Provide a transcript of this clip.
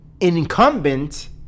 incumbent